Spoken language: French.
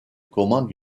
commande